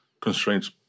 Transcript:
Constraints